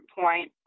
point